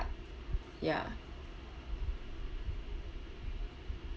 ya